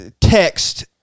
text